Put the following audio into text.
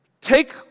take